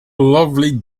lovely